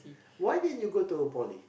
why didn't you go to poly